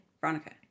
veronica